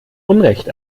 unrecht